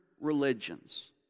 religions